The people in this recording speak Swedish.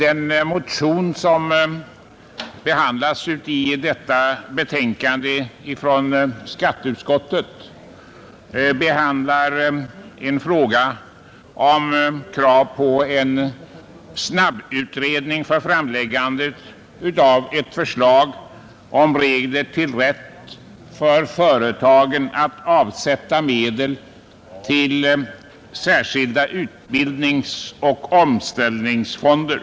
I motionen 583, som behandlas i skatteutskottets förevarande betänkande nr 6, föreslås en snabbutredning och förslag till regler om rätt för företag att avsätta medel till särskilda utbildningsoch omställningsfonder.